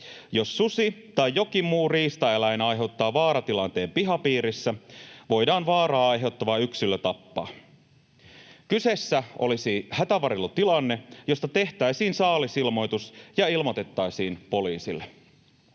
Jos susi tai jokin muu riistaeläin aiheuttaa vaaratilanteen pihapiirissä, voidaan vaaraa aiheuttava yksilö tappaa. Kyseessä olisi hätävarjelutilanne, josta tehtäisiin saalisilmoitus ja ilmoitettaisiin poliisille.